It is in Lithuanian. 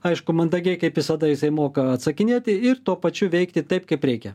aišku mandagiai kaip visada jisai moka atsakinėti ir tuo pačiu veikti taip kaip reikia